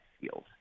field